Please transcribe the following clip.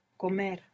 Comer